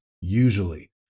usually